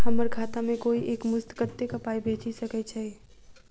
हम्मर खाता मे कोइ एक मुस्त कत्तेक पाई भेजि सकय छई?